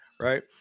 Right